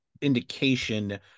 indication